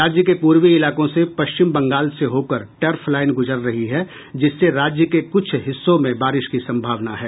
राज्य के पूर्वी इलाकों से पश्चिम बंगाल से होकर टर्फ लाइन गुजर रही है जिससे राज्य के कुछ हिस्सों में बारिश की संभावना है